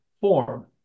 form